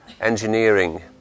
engineering